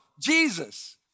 Jesus